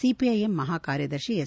CPIM ಮಹಾಕಾರ್ಯದರ್ಶಿ S